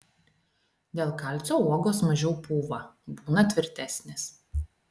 dėl kalcio uogos mažiau pūva būna tvirtesnės